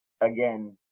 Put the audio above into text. again